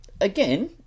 again